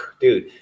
dude